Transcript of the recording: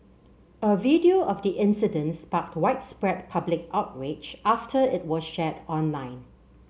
a video of the incident sparked widespread public outrage after it was shared online